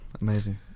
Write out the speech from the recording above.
Amazing